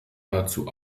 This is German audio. dazu